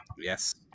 Yes